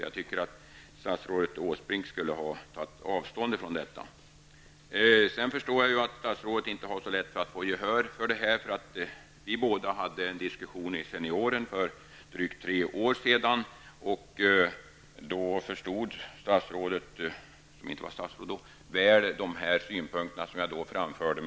Jag tycker att statsrådet Åsbrink skulle ta avstånd från det. Jag förstår att statsrådet inte har så lätt att få gehör. Vi hade en diskussion i Senioren för drygt tre år sedan. Då förstod statsrådet, som inte var statsråd då, väl de synpunkter som jag framförde.